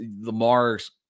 Lamar's